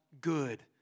good